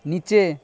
নিচে